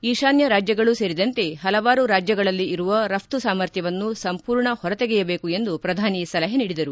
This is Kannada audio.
ಈಶಾನ್ಯ ರಾಜ್ಯಗಳು ಸೇರಿದಂತೆ ಹಲವಾರು ರಾಜ್ವಗಳಲ್ಲಿ ಇರುವ ರಫ್ತು ಸಾಮರ್ಥ್ಯವನ್ನು ಸಂಪೂರ್ಣ ಹೊರತೆಗೆಯಬೇಕು ಎಂದು ಪ್ರಧಾನಿ ಸಲಹೆ ನೀಡಿದರು